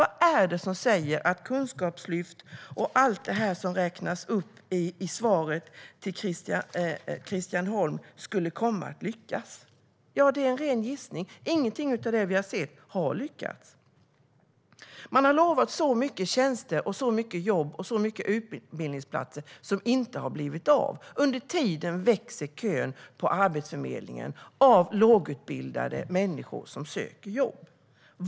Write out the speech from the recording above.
Vad är det som säger att kunskapslyft och allt det som räknas upp i svaret till Christian Holm Barenfeld skulle komma att lyckas? Det är en ren gissning. Ingenting av det vi har sett har lyckats. Man har lovat en stor mängd tjänster, jobb och utbildningsplatser som inte har blivit verklighet. Under tiden växer kön på Arbetsförmedlingen av lågutbildade människor som söker jobb.